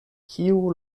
kiu